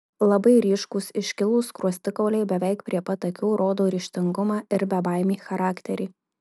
labai ryškūs iškilūs skruostikauliai beveik prie pat akių rodo ryžtingumą ir bebaimį charakterį